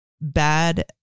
bad